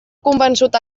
convençut